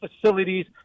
facilities